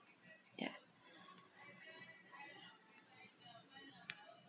ya